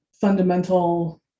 fundamental